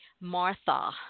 Martha